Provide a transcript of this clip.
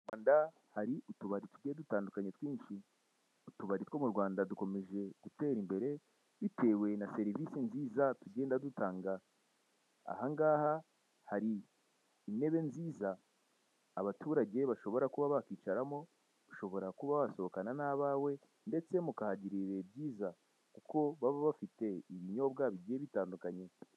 Mu Rwanda hari utubari tu dutandukanye twinshi, utubari mu Rwanda dukomeje gutera imbere, bitewe na serivisi nziza tugenda dutanga, aha ngaha hariya intebe nziza abaturage bashobora kuba bakwicaramo, ushobora kuba wasohokana n'abawe ndetse mukahagirira ibihe byiza kuko baba bafite ibinyobwa bigiye bitandukanye.